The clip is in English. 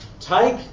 take